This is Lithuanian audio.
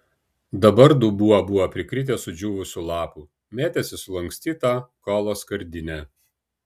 dabar dubuo buvo prikritęs sudžiūvusių lapų mėtėsi sulankstyta kolos skardinė